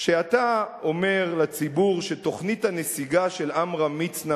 כשאתה אומר לציבור שתוכנית הנסיגה של עמרם מצנע